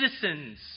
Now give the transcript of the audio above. citizens